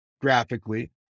graphically